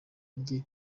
rye